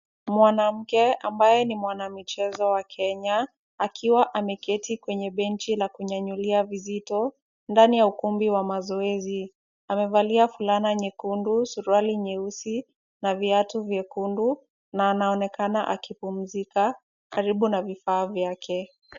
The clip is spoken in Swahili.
Mwanamke ambaye ni mwanamichezo wa Kenya, akiwa ameketi kwenye benchi la kunyanyulia vizito, ndani ya ukumbi wa mazoezi. Amevalia fulana nyekundu, suruali nyeusi na viatu vyekundu na anaonekana akipumzika karibu na vifaa vyake.